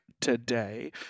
today